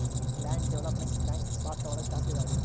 land development bank ಭಾರತ ಒಳಗ ಜಾಸ್ತಿ ಇದಾವ